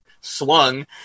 swung